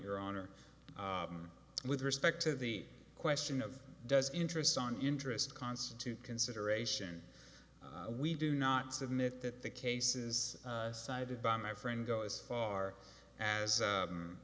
your honor with respect to the question of does interest on interest constitute consideration we do not submit that the cases cited by my friend go as far as